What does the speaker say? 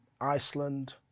Iceland